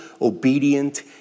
obedient